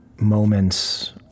moments